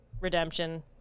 redemption